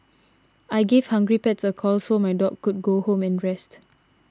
I gave Hungry Pets a call so my dog could go home and rest